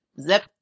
zip